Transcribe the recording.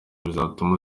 bizatuma